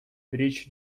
речь